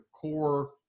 core